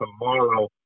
tomorrow